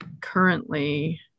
currently